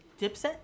Dipset